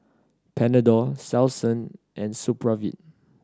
Panadol Selsun and Supravit